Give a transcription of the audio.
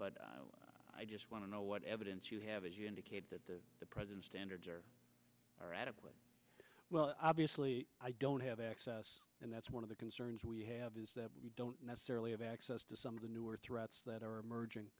but i just want to know what evidence you have as you indicate that the president standards are adequate well obviously i don't have access and that's one of the concerns we have is that we don't necessarily have access to some of the newer threats that are emerging